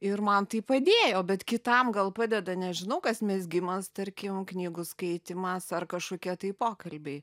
ir man tai padėjo bet kitam gal padeda nežinau kas mezgimas tarkim knygų skaitymas ar kažkokie tai pokalbiai